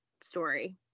story